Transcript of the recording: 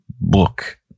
book